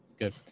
good